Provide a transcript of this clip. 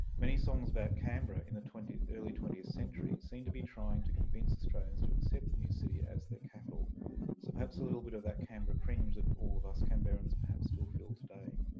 many songs about canberra in the early twentieth century seemed to be trying to convince australians to accept the new city as their capital so perhaps a little bit of that canberra cringe that all of us canberrans perhaps still feel today.